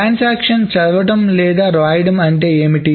transaction చదవడం లేదా రాయడం అంటే ఏమిటి